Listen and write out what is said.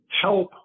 help